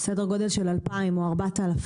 סדר גודל של 2,000 או 4,000?